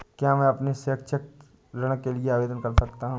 क्या मैं अपने शैक्षिक ऋण के लिए आवेदन कर सकता हूँ?